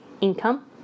income